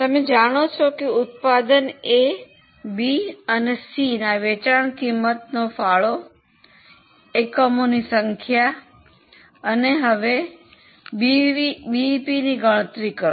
તમે જાણો છો ઉત્પાદન એ બી અને સીના વેચાણ કિંમત ફાળો અને એકમોની સંખ્યા હવે બીઈપીની ગણતરી કરો